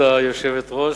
כבוד היושבת-ראש,